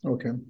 Okay